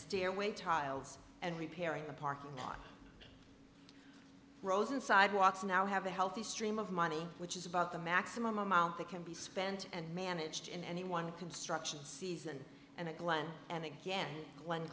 stairway tiles and repairing the parking lot rosen sidewalks now have a healthy stream of money which is about the maximum amount that can be spent and managed in any one construction season and the glen and again when